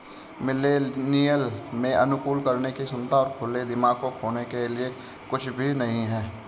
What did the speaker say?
millennial में अनुकूलन करने की क्षमता और खुले दिमाग को खोने के लिए कुछ भी नहीं है